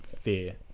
fear